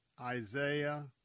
Isaiah